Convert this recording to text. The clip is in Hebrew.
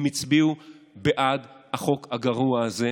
הם הצביעו בעד החוק הגרוע הזה,